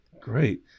great